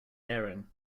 airing